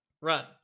run